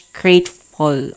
grateful